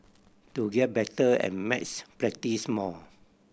to get better at maths practise more